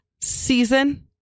season